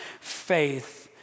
faith